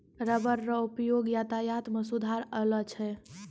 rubber रो उपयोग यातायात मे सुधार अैलौ छै